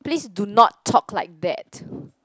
please do not talk like that